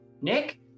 Nick